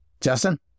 Justin